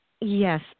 Yes